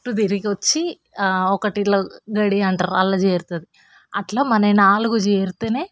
చుట్టుతిరిగి వచ్చి ఒకటి ఇట్ల గడి అంటారు దానిలో చేరుతుంది అట్లా మనవి నాలుగు చేరితేనే